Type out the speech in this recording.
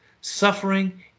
suffering